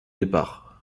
départ